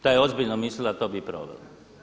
Da je ozbiljno mislila to bi i provela.